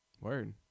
Word